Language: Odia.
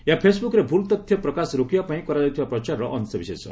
ଏହା ଫେସବୁକ୍ରେ ଭୁଲ ତଥ୍ୟ ପ୍ରକାଶ ରୋକିବା ପାଇଁ କରାଯାଉଥିବା ପ୍ରଚାରର ଅଂଶବିଶେଷ